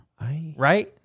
right